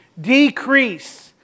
Decrease